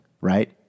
right